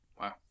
Wow